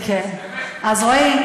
רועי,